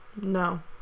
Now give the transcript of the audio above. No